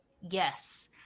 Yes